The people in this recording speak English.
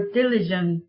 diligent